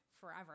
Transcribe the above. forever